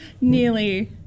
Nearly